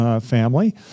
family